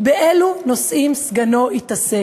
באילו נושאים סגנו יתעסק.